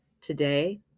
Today